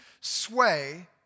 sway